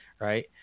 Right